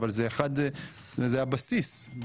זה הבסיס.